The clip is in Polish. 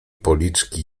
policzki